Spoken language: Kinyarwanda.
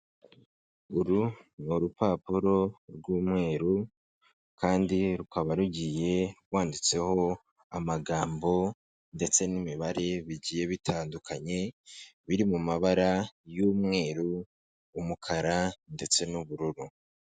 Uru ni urupapuro rw'umweru kandi rukaba rugiye rwanditseho amagambo ndetse n'imibare bigiye bitandukanye, biri mu mabara y'umweru, umukara ndetse n'ubururu.